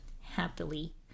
happily